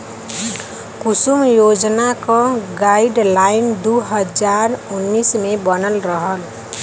कुसुम योजना क गाइडलाइन दू हज़ार उन्नीस मे बनल रहल